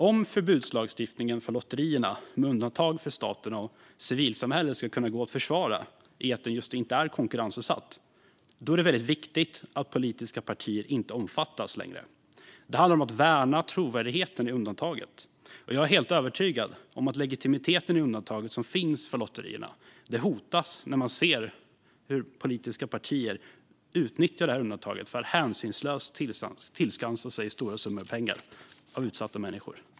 Om förbudslagstiftningen för lotterierna med undantag för staten och civilsamhället ska kunna gå att försvara just med att detta inte är konkurrensutsatt är det viktigt att politiska partier inte längre omfattas. Det handlar om att värna trovärdigheten i undantaget. Jag är helt övertygad om att legitimiteten i undantaget som finns för lotterierna hotas när man ser hur politiska partier utnyttjar undantaget för att hänsynslöst tillskansa sig stora summor pengar från utsatta människor.